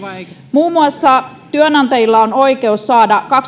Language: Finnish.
muun muassa työnantajilla on oikeus saada